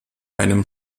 einem